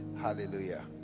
hallelujah